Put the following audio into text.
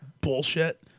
bullshit